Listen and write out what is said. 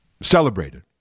celebrated